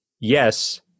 yes